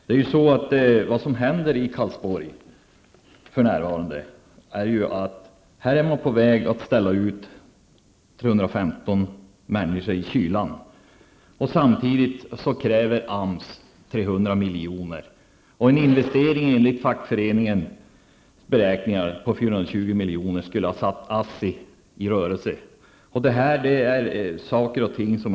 Vad som för närvarande händer i Karlsborg är att man är på väg att ställa ut 315 människor i kylan, samtidigt som AMS kräver 300 milj.kr. En investering om 420 milj.kr. skulle enligt fackföreningens beräkningar kunna sätta ASSI i rörelse.